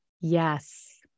Yes